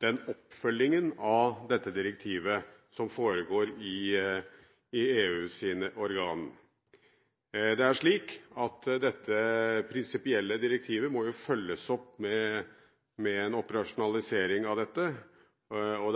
den oppfølgingen av dette direktivet som foregår i EUs organer, ikke er helt uproblematisk. Det er slik at dette prinsipielle direktivet må følges opp av en operasjonalisering, og det